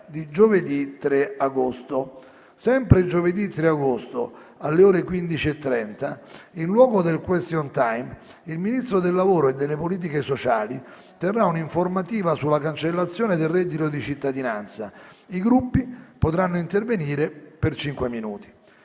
di giovedì 3 agosto. Sempre giovedì 3, alle ore 15,30, in luogo del *question time*, il Ministro del lavoro e delle politiche sociali terrà un'informativa sul reddito di cittadinanza. I Gruppi potranno intervenire per cinque minuti.